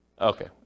Okay